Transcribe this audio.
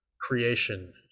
creation